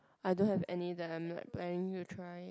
I don't have any that I'm like planning to try